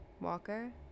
walker